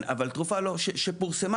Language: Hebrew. פורסמה